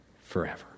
forever